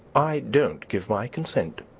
i don't give my consent.